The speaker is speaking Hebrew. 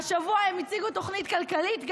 השבוע הם הציגו תוכנית כלכלית.